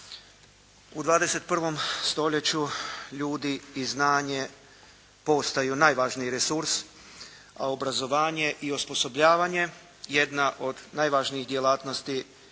U 21. stoljeću ljudi i znanje postaju najvažniji resurs, a obrazovanje i osposobljavanje jedna od najvažnijih djelatnosti